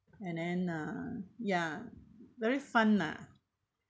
and then uh ya very fun lah